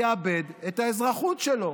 יאבד את האזרחות שלו.